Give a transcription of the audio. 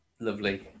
Lovely